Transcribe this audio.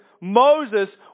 Moses